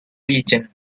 region